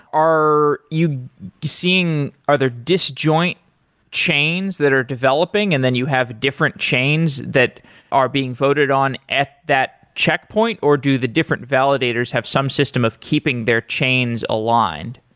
are you seeing are there disjoint chains that are developing, and then you have a different chains that are being voted on at that checkpoint, or do the different validators have some system of keeping their chains aligned?